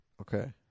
Okay